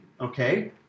okay